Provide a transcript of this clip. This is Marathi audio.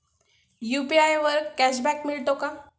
यु.पी.आय वर कॅशबॅक मिळतो का?